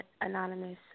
anonymous